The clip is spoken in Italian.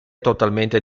totalmente